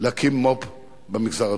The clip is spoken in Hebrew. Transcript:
להקים מו"פ במגזר הדרוזי.